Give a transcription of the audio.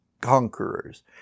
conquerors